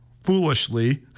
foolishly